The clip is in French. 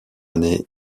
année